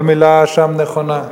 כל מלה שם נכונה.